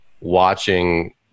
watching –